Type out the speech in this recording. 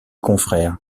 confrères